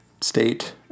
state